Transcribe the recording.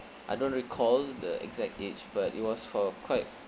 I don't recall the exact age but it was for quite